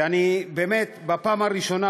ואני באמת בפעם הראשונה,